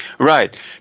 Right